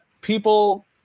people